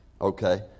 okay